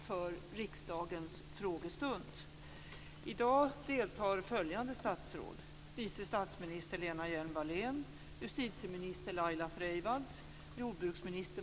Fru talman!